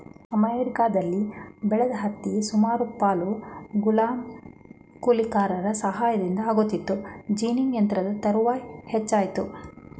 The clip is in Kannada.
ಅಮೆರಿಕದಲ್ಲಿ ಬೆಳೆದ ಹತ್ತಿ ಸುಮಾರು ಪಾಲು ಗುಲಾಮ ಕೂಲಿಗಾರರ ಸಹಾಯದಿಂದ ಆಗುತ್ತಿತ್ತು ಜಿನ್ನಿಂಗ್ ಯಂತ್ರದ ತರುವಾಯ ಹೆಚ್ಚಾಯಿತು